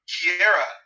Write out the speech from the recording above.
Kiera